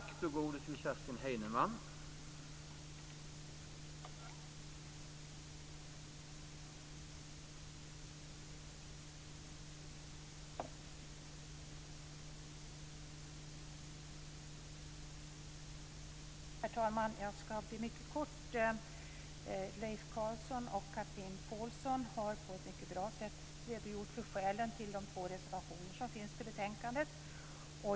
Herr talman! Jag ska fatta mig mycket kort. Leif Carlson och Chatrine Pålsson har på ett mycket bra sätt redogjort för skälen till de två reservationer som finns till betänkandet.